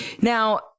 now